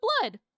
blood